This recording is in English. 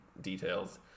details